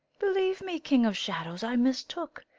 believe me, king of shadows, i mistook.